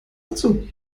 dazu